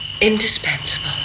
Indispensable